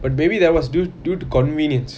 but maybe that was due due to convenience